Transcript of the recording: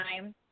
time